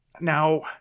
Now